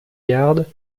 garde